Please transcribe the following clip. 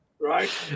right